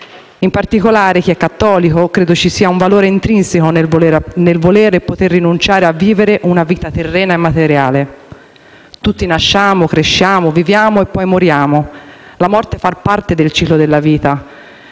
In particolare, per chi è cattolico credo ci sia un valore intrinseco nel voler e poter rinunciare a vivere una vita terrena e materiale. Tutti nasciamo, cresciamo, viviamo e poi moriamo: la morte fa parte del ciclo della vita